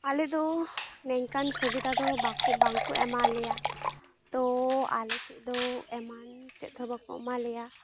ᱟᱞᱮ ᱫᱚ ᱱᱮᱝᱠᱟᱱ ᱥᱩᱵᱤᱛᱟᱫᱚ ᱵᱟᱠᱚ ᱵᱟᱝᱠᱚ ᱮᱢᱟᱞᱮᱭᱟ ᱛᱚ ᱟᱞᱮᱥᱮᱫ ᱫᱚ ᱮᱢᱟᱱ ᱪᱮᱫᱦᱚᱸ ᱵᱟᱠᱚ ᱮᱢᱟᱞᱮᱭᱟ